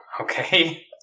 okay